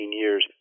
years